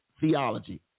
theology